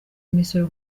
imisoro